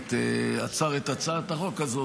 הקודמת עצר את הצעת החוק הזאת,